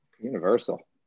universal